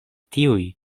tiuj